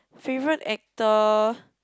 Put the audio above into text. favourite actor